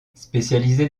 spécialisée